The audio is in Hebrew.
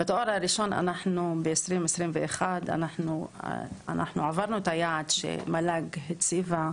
בתואר הראשון אנחנו ב-2021 עברנו את היעד שמל"ג הציבה,